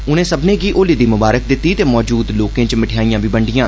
उनें सक्मनें गी होली दी ममारक दित्ती ते मजूद लोकें च मठेआईयां बी बंडियां